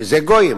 שזה גויים,